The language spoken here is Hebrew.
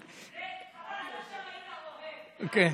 חבל, עד עכשיו היית אוהב, לא.